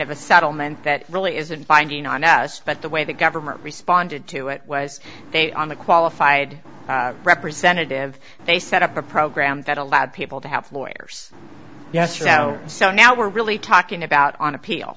of a settlement that really isn't binding on us but the way the government responded to it was they on the qualified representative they set up a program that allowed people to have lawyers yes or no so now we're really talking about on appeal